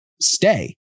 stay